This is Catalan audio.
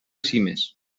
cimes